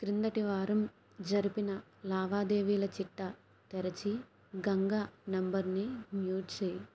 క్రిందటి వారం జరిపిన లావాదేవీల చిట్టా తెరచి గంగా నంబరుని మ్యూట్ చేయి